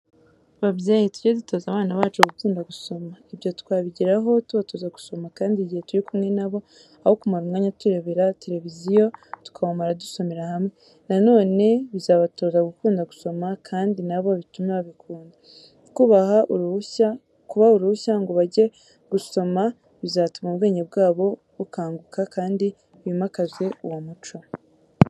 Babyeyi tuge dutoza abana bacu gukunda gusoma. Ibyo twabigeraho tubatoza gusoma kandi igihe turi kumwe na bo, aho kumara umwanya turebera televiziyo, tukawumara dusomera hamwe. Na none bizabatoza gukunda gusoma kandi na bo bitume babikunda. Kubaha uruhushya ngo bajye gusoma bizatuma ubwenge bwabo bukanguka kandi bimakaze uwo muco.